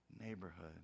neighborhood